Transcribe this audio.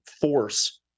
force